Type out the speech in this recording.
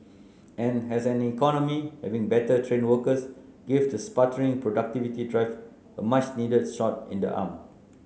and as an economy having better trained workers gives the sputtering productivity drives a much needed shot in the arm